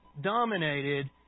dominated